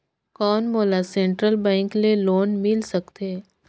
कौन मोला central bank ले लोन मिल सकथे?